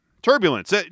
Turbulence